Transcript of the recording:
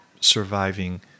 surviving